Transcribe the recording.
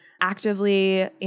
actively